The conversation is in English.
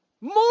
More